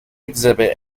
exhibit